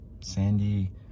sandy